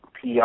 PR